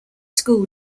school